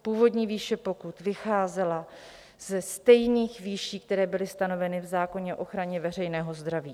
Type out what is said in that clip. Původní výše pokut vycházela ze stejných výší, které byly stanoveny v zákoně o ochraně veřejného zdraví.